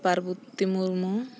Parbati Murmu